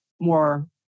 more